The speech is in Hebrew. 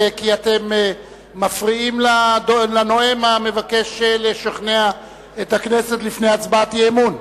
אתם מפריעים לנואם המבקש לשכנע את הכנסת לפני הצבעת אי-אמון.